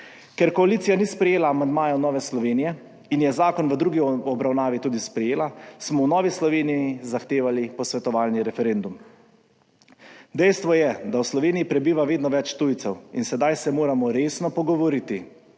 Ker koalicija ni sprejela amandmajev Nove Slovenije in je zakon v drugi obravnavi tudi sprejela, smo v Novi Sloveniji zahtevali posvetovalni referendum. Dejstvo je, da v Sloveniji prebiva vedno več tujcev in sedaj se moramo resno pogovoriti